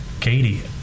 Katie